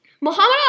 Muhammad